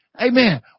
Amen